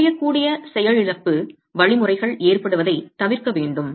உடையக்கூடிய செயலிழப்பு வழிமுறைகள் ஏற்படுவதைத் தவிர்க்க வேண்டும்